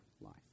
life